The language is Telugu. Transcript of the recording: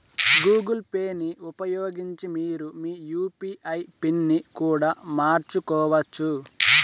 గూగుల్ పేని ఉపయోగించి మీరు మీ యూ.పీ.ఐ పిన్ ని కూడా మార్చుకోవచ్చు